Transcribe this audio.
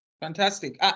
Fantastic